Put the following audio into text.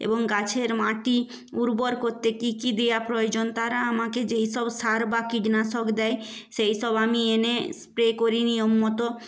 এবং গাছের মাটি উর্বর করতে কী কী দেওয়া প্রয়োজন তারা আমাকে যেই সব সার বা কীটনাশক দেয় সেই সব আমি এনে স্প্রে করি নিয়ম মতো